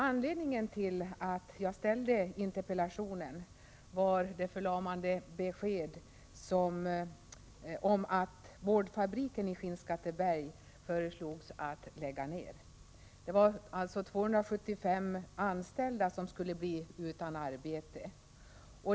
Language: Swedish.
Anledningen till att jag framställde interpellationen var det förlamande beskedet om att boardfabriken i Skinnskatteberg föreslogs läggas ned. 275 anställda skulle bli utan arbete.